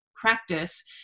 practice